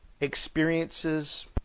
experiences